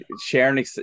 sharing